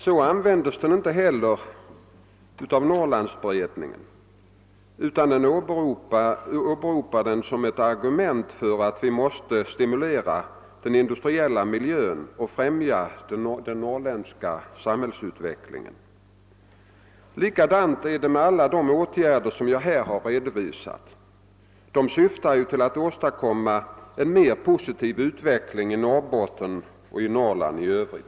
Så användes den inte heller av Norrlandsberedningen, utan man åberopar den som ett argument för att vi måste stimulera den industriella miljön och främja den norrländska samhällsutvecklingen. Likadant är det med alla de åtgärder jag här har redovisat. De syftar till att åstadkomma en mera positiv utveckling i Norrbotten och Norrland i övrigt.